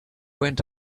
went